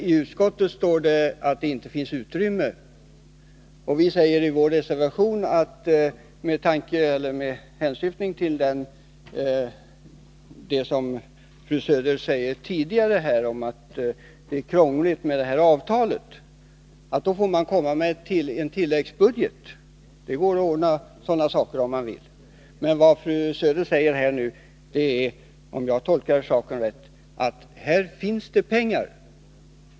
I utskottsbetänkandet står det att det inte finns något utrymme. Där talas det om komplicerade förhandlingar när det gäller avtalet. I vår reservation säger vi därför att då får man lägga fram en tilläggsbudget. Men om jag tolkar fru Söder rätt säger hon alltså nu att det finns pengar.